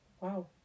Wow